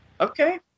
Okay